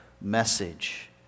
message